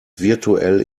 virtuell